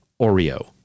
Oreo